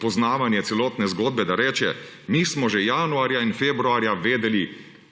poznavanje celotne zgodbe, da reče, »mi smo že januarja in februarja vedeli,